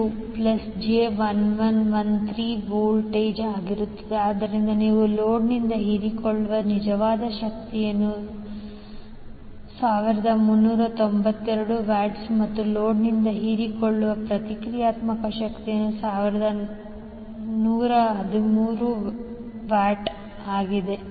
66°1392j1113VA ಆದ್ದರಿಂದ ನೀವು ಲೋಡ್ನಿಂದ ಹೀರಿಕೊಳ್ಳುವ ನಿಜವಾದ ಶಕ್ತಿಯನ್ನು 1392 ವ್ಯಾಟ್ಸ್ ಮತ್ತು ಲೋಡ್ನಿಂದ ಹೀರಿಕೊಳ್ಳುವ ಪ್ರತಿಕ್ರಿಯಾತ್ಮಕ ಶಕ್ತಿ 1113 VAR ಆಗಿದೆ